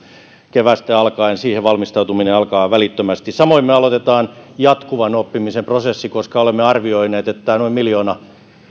keväästä alkaen siihen valmistautuminen alkaa välittömästi samoin me aloitamme jatkuvan oppimisen prosessin koska olemme arvioineet että noin miljoona